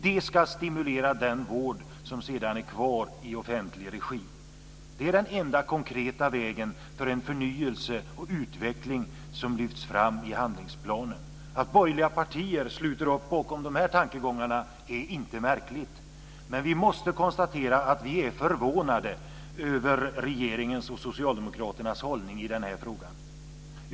Den ska stimulera den vård som sedan är kvar i offentlig regi. Det är den enda konkreta vägen för en förnyelse och utveckling som lyfts fram i handlingsplanen. Att borgerliga partier sluter upp bakom dessa tankegångar är inte så märkligt. Men vi måste konstatera att vi är förvånade över regeringens och socialdemokraternas hållning i frågan.